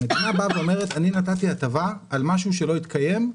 המדינה באה ואומרת שהיא נתנה הטבה על משהו שלא התקיים,